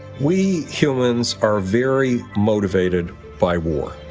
we humans are very motivated by war.